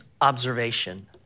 observation